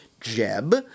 Jeb